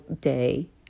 day